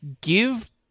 give